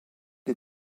les